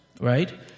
right